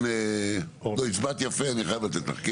כן, הצבעת יפה, אני חייבת לתת לך.